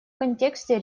контексте